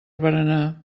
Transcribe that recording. berenar